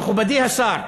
מכובדי השר,